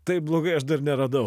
taip blogai aš dar neradau